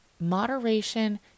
Moderation